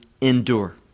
endure